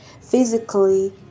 physically